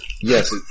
Yes